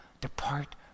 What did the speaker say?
depart